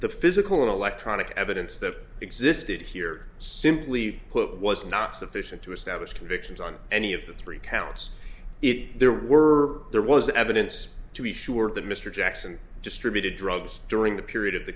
the physical electronic evidence that existed here simply put was not sufficient to establish convictions on any of the three counts in there were there was evidence to be sure that mr jackson distributed drugs during the period of the